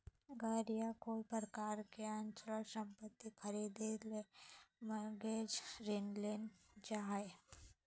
घर या कोय प्रकार के अचल संपत्ति खरीदे ले मॉरगेज ऋण लेल जा हय